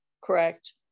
correct